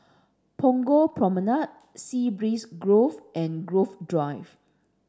Punggol Promenade Sea Breeze Grove and Grove Drive